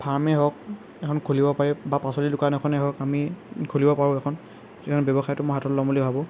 ফাৰ্মেই হওক এখন খুলিব পাৰি বা পাচলি দোকান এখনেই হওক আমি খুলিব পাৰোঁ এখন ব্যৱসায়টো মই হাতত ল'ম বুলি ভাবোঁ